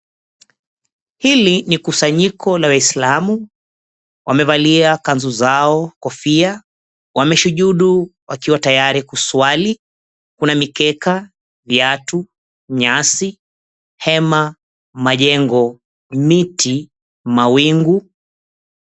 Hili ni kusanyiko la waislamu, wamevalia kanzu zao, kofia, wameshujudu wakiwa tayari kuswali. Kuna mikeka, viatu, nyasi, hema, majengo, miti, mawingu.